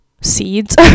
seeds